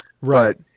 right